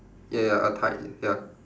ya ya a ya